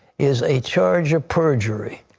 is a charge of perjury.